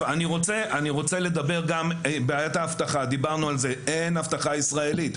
גם ברמה הסמלית זו בושה שיש כאלה אתרים במסמך רשמי של מדינת ישראל,